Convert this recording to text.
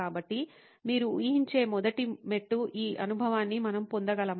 కాబట్టి మీరు ఊహించే మొదటి మెట్టు ఈ అనుభవాన్ని మనం పొందగలమా